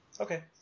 Okay